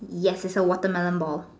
yes it's a watermelon ball